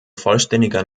vollständiger